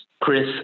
Chris